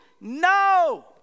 No